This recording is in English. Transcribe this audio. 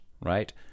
right